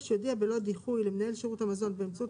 6. יודיע ללא דיחוי למנהל שירות המזון באמצעות